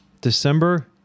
December